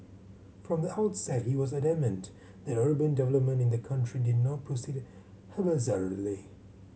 from the outset he was adamant that urban development in the country did not proceed haphazardly